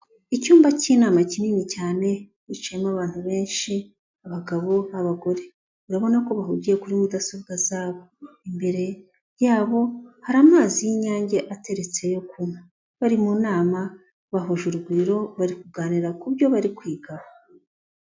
Icyumba cy'inama kinini cyane hicayemo abantu benshi, abagabo, abagore, urabona ko bahugiye kuri mudasobwa zabo, imbere yabo hari amazi y'inyange ateretse yo kunywa, bari mu nama, bahuje urugwiro, bari kuganira ku byo bari kwigaho